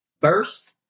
first